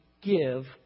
give